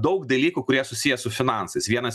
daug dalykų kurie susiję su finansais vienas